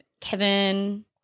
Kevin